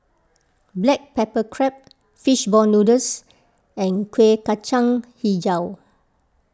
Black Pepper Crab Fish Ball Noodles and Kuih Kacang HiJau